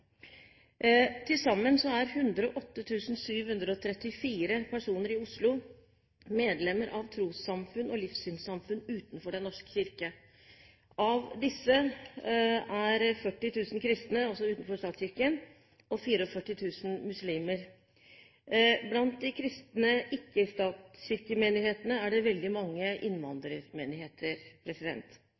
Til sammen er 108 734 personer i Oslo medlemmer av trossamfunn og livssynssamfunn utenfor Den norske kirke. Av disse er 40 000 kristne – altså utenfor statskirken – og 44 000 er muslimer. Blant de kristne ikke-statskirkemenighetene er det veldig mange innvandrermenigheter.